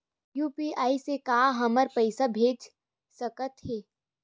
UPI से का हमर पईसा भेजा सकत हे?